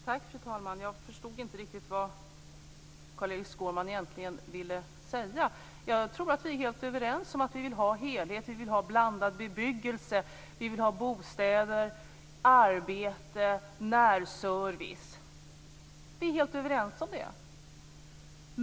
Fru talman! Jag förstod inte riktigt vad Carl-Erik Skårman egentligen ville säga. Jag tror att vi är helt överens om att vi vill ha helhet, blandad bebyggelse, bostäder, arbete, närservice. Vi är helt överens om det.